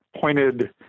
pointed